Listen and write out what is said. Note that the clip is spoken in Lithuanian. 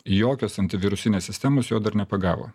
jokios antivirusinės sistemos jo dar nepagavo